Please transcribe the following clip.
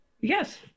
yes